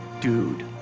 Dude